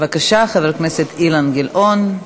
בבקשה, חבר הכנסת אילן גילאון.